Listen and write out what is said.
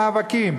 מאבקים.